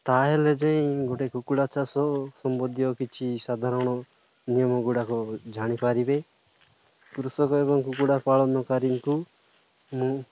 ତା'ହେଲେ ଯାଇ ଗୋଟେ କୁକୁଡ଼ା ଚାଷ ସମ୍ବନ୍ଧୀୟ କିଛି ସାଧାରଣ ନିୟମ ଗୁଡ଼ାକ ଜାଣିପାରିବେ କୃଷକ ଏବଂ କୁକୁଡ଼ା ପାଳନକାରୀଙ୍କୁ ମୁଁ